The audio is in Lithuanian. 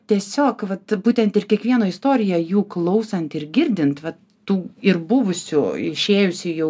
tiesiog vat būtent ir kiekvieno istoriją jų klausant ir girdint va tų ir buvusių išėjusių jau